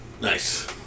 Nice